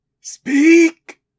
Speak